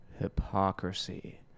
hypocrisy